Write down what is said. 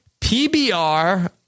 PBR